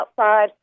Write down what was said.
outside